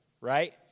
Right